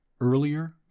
earlier